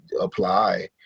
apply